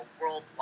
worldwide